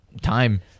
time